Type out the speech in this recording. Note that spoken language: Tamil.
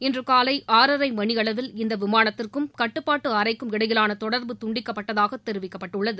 இன்று காலை ஆறரை மணி அளவில் இந்த விமானத்திற்கும் கட்டுப்பாட்டு அறைக்கும் இடையிலான தொடர்பு துண்டிக்கப்பட்டதாக தெரிவிக்கப்பட்டுள்ளது